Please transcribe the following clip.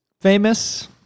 famous